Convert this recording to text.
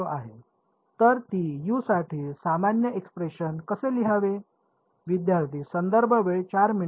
तर मी यूसाठी सामान्य एक्सप्रेशन कसे लिहावे